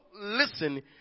listen